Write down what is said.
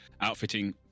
outfitting